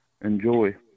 enjoy